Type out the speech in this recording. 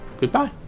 Goodbye